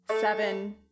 Seven